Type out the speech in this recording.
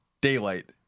Daylight